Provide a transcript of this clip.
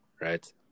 right